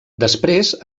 després